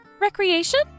Recreation